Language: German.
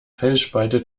felsspalte